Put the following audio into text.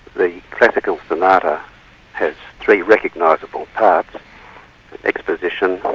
the classical sonata has three recognisable parts exposition,